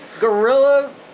Gorilla